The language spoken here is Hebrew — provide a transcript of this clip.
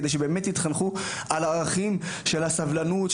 כדי שבאמת יתחנכו על ערכים של סבלנות,